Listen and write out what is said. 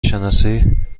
شناسی